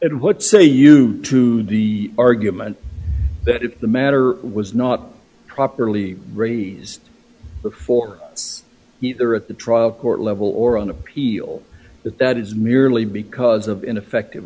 and what say you to the argument that if the matter was not properly raised before it's either at the trial court level or on appeal that that is merely because of ineffective